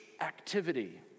activity